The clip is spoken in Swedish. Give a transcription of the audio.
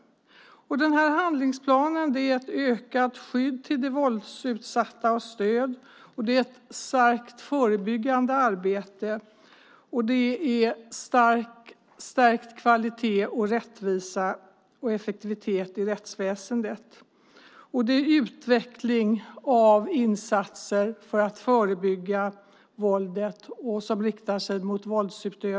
Handlingsplanen innebär ett ökat skydd och stöd till de våldsutsatta, ett starkt förebyggande arbete. Det innebär stärkt kvalitet och rättvisa och effektivitet i rättsväsendet. Det handlar om utveckling av insatser riktade mot våldsutövarna för att förebygga våldet.